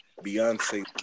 Beyonce